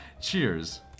Cheers